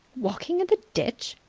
walking in the ditch!